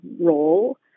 role